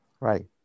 right